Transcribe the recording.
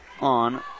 on